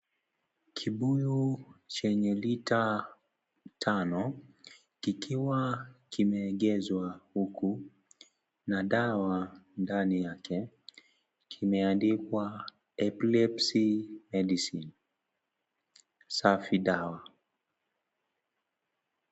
Kibuyu chenye lita tano, kikiwa kimeegeshwa huko na dawa ndani yake . Kimeandikwa, Epilepsy medicine ,safi dawa.